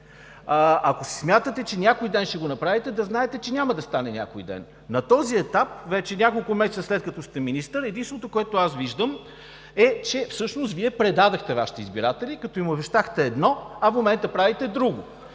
Ако смятате, че „някой ден“ ще го направите, да знаете, че няма да стане някой ден. На този етап – вече няколко месеца след като сте министър, единственото, което аз виждам, е, че Вие всъщност предадохте Вашите избиратели, като им обещахте едно, а в момента правите друго.